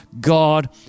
God